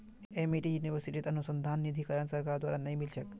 Amity यूनिवर्सिटीत अनुसंधान निधीकरण सरकार द्वारा नइ मिल छेक